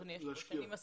נכון, אני מסכימה.